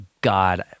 God